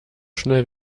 schnell